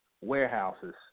warehouses